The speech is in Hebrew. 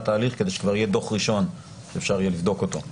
ההליך כדי שכבר יהיה דוח ראשון שאפשר יהיה לבדוק אותו.